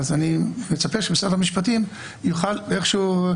אני מצפה שמשרד המשפטים יוכל איכשהו.